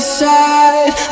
side